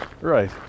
Right